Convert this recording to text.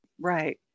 Right